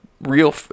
Real